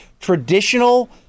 traditional